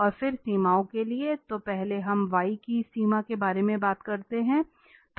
और फिर सीमाओं के लिए तो पहले हम y की सीमा के बारे में बात करते हैं